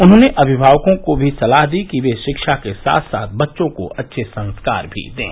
उन्होंने अभिभावकों को भी सलाह दी कि वे शिक्षा के साथ साथ बच्चों को अच्छे संस्कार भी दें